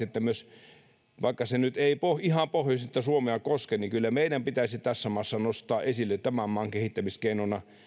että vaikka se nyt ei ihan pohjoisinta suomea koske niin kyllä meidän pitäisi tässä maassa nostaa esille tämän maan kehittämiskeinona